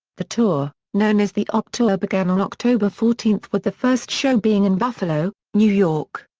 the tour, known as the op tour began on october fourteen with the first show being in buffalo, new york.